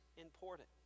important